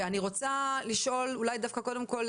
ואני רוצה לשאול דווקא קודם כל,